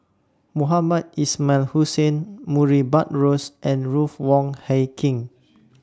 Mohamed Ismail Hussain Murray Buttrose and Ruth Wong Hie King